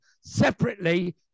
separately